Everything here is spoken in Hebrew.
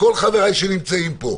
כל חבריי שנמצאים פה,